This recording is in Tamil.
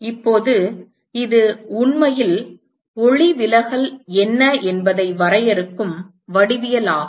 இப்போது இது உண்மையில் ஒளிவிலகல் என்ன என்பதை வரையறுக்கும் வடிவியலாகும்